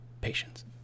patience